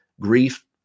grief